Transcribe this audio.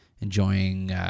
enjoying